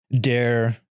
Dare